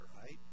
right